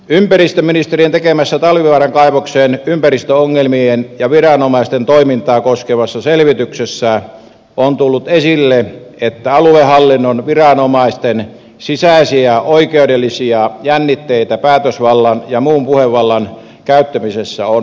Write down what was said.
ympäristöministeriön tekemässä talvivaaran kaivoksen ympäristöongelmia ja viranomaisten toimintaa koskevassa selvityksessä on tullut esille että aluehallinnon viranomaisten sisäisiä oikeudellisia jännitteitä päätösvallan ja muun puhevallan käyttämisessä on ollut